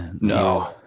No